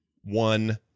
one